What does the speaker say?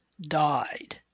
died